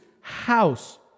house